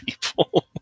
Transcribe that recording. people